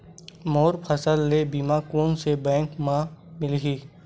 मोर फसल के बीमा कोन से बैंक म मिलही?